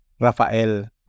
Rafael